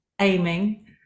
aiming